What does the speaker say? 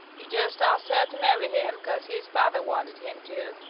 he just asked her to marry him cause his father wanted him to,